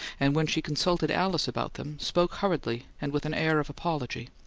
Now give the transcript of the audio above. and when she consulted alice about them spoke hurriedly and with an air of apology